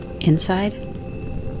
Inside